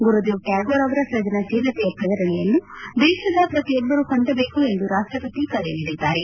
ಗುರುದೇವ್ ಟ್ವಾಗೂರ್ ಅವರ ಸೃಜನಶೀಲತೆಯ ಪ್ರೇರೇಪಣೆಯನ್ನು ದೇಶದ ಪ್ರತಿಯೊಬ್ಬರೂ ಹೊಂದಬೇಕು ಎಂದು ರಾಷ್ಟಪತಿ ಕರೆ ನೀಡಿದ್ದಾರೆ